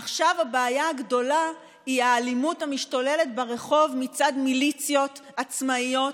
עכשיו הבעיה הגדולה היא האלימות המשתוללת ברחוב מצד מיליציות עצמאיות,